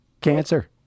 Cancer